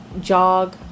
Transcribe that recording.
jog